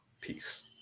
Peace